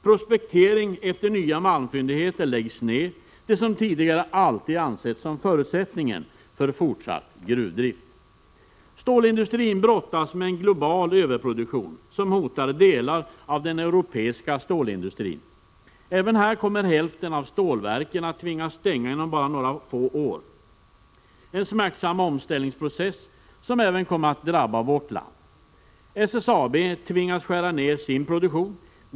Prospektering efter nya malmfyndigheter läggs ned — det som tidigare alltid ansetts som förutsättningen för fortsatt gruvdrift. Stålindustrin brottas med en global överproduktion, som hotar delar av den europeiska stålindustrin. Även här kommer hälften av stålverken att tvingas stänga inom bara några få år. Det är en smärtsam omställningsprocess som kommer att drabba även vårt land. SSAB tvingas skära ned sin produktion.